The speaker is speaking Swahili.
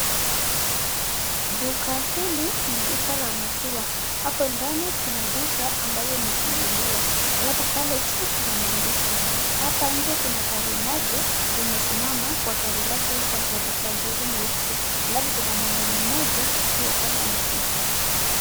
Duka hili ni duka la maziwa hapo ndani kuna duka ambayo imefunguliwa alafu pale juu kuna maandishi hapa inje kuna gari moja limesimama kwa rangi yake nyeupe alafu kuna mwanume mmoja akiwa pale anapita.